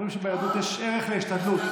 אומרים שביהדות יש ערך להשתדלות.